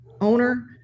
owner